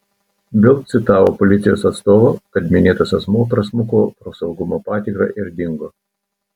bild citavo policijos atstovą kad minėtas asmuo prasmuko pro saugumo patikrą ir dingo